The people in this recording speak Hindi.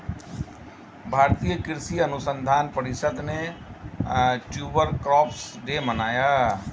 भारतीय कृषि अनुसंधान परिषद ने ट्यूबर क्रॉप्स डे मनाया